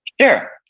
Sure